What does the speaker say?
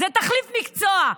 זה "תחליף מקצוע".